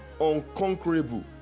unconquerable